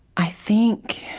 i think